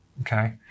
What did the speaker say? okay